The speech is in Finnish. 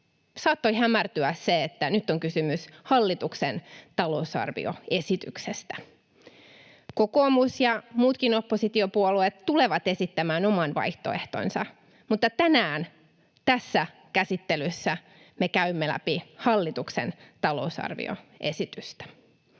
saattoi hämärtyä se, että nyt on kysymys hallituksen talousarvioesityksestä. Kokoomus ja muutkin oppositiopuolueet tulevat esittämään oman vaihtoehtonsa, mutta tänään tässä käsittelyssä me käymme läpi hallituksen talousarvioesitystä.